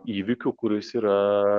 įvykių kuris yra